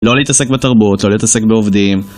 לא להתעסק בתרבות, לא להתעסק בעובדים.